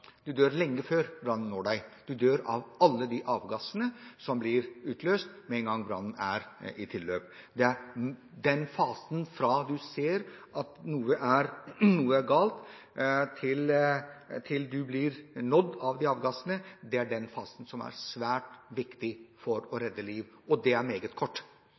du dør lenge før brannen når deg. Du dør av alle de avgassene som blir utløst med en gang det er tilløp til brann. Det er den fasen fra du ser at noe er galt til du blir nådd av disse avgassene, som er svært viktig for å redde liv. Den er meget kort. Det er svært kort